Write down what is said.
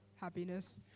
happiness